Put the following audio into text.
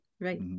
right